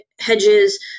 Hedges